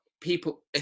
people